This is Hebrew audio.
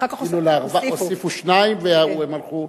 הוסיפו שניים והם הלכו.